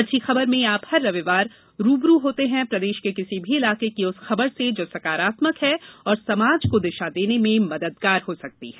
अच्छी खबर में आप हर रविवार रू ब रू होते हैं प्रदेश के किसी भी इलाके की उस खबर से जो सकारात्मक है और समाज को दिशा देने में मददगार हो सकती है